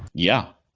yeah.